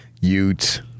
Ute